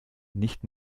nicht